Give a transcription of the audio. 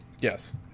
Yes